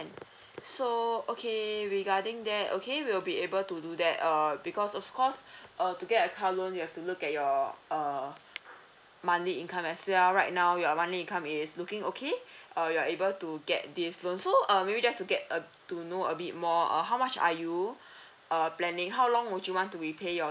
~n so okay regarding that okay we'll be able to do that err because of course err to get a car loan you have to look at your err monthly income as well right now your monthly income is looking okay uh you are able to get this loan so um maybe just to get uh to know a bit more uh how much are you uh planning how long would you want to repay your